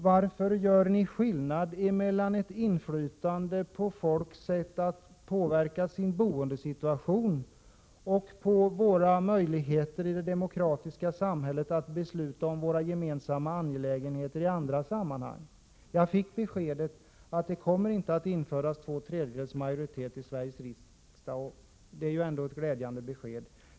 Varför gör ni skillnad mellan å ena sidan folks möjligheter att påverka sin boendesituation och å andra sidan våra möjligheter att i ett demokratiskt samhälle besluta om gemensamma angelägenheter? Jag fick beskedet att det inte kommer att införas två tredjedelars majoritet i Sveriges riksdag, och det är ju ett glädjande besked.